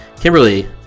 kimberly